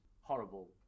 horrible